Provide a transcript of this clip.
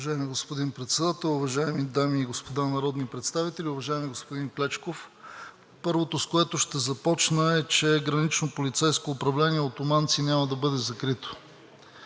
Уважаеми господин Председател, уважаеми дами и господа народни представители! Уважаеми господин Клечков, първото, с което ще започна е, че Гранично полицейско управление – Олтоманци, няма да бъде закрито.